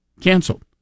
canceled